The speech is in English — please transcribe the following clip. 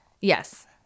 Yes